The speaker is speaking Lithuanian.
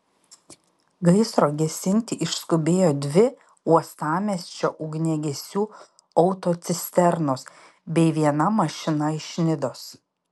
gaisro gesinti išskubėjo dvi uostamiesčio ugniagesių autocisternos bei viena mašina iš nidos